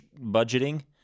budgeting